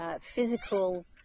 physical